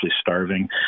starving